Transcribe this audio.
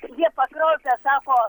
jie pakraupę sako